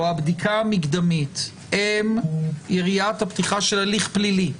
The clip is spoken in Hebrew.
הבדיקה המקדמית הם יריית הפתיחה של הליך פלילי,